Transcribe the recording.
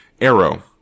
Arrow